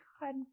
God